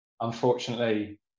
Unfortunately